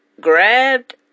grabbed